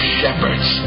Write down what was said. shepherds